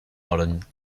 modern